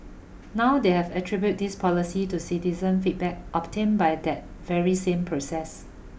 now they have attribute this policy to citizen feedback obtained by that very same process